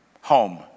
home